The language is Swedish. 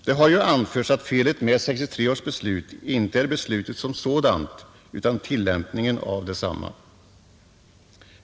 Det har anförts att felet med 1963 års beslut inte är beslutet som sådant utan tillämpningen av detsamma.